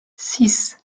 six